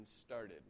started